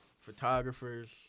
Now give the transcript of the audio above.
photographers